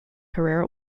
career